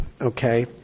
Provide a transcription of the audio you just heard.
okay